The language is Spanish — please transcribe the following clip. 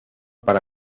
para